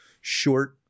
short